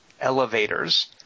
elevators